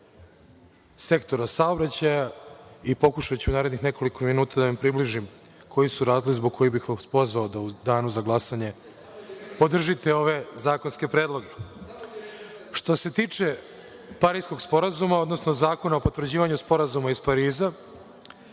Sektora saobraćaja. Pokušaću u narednih nekoliko minuta da vam približim koji su razlozi zbog kojih bih vas pozvao da u danu za glasanje podržite ove zakonske predloge. Što se tiče Pariskog sporazuma, odnosno Zakona o potvrđivanju Sporazuma iz Pariza,